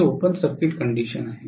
ही open circuit condition आहे